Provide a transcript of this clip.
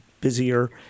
busier